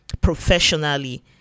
professionally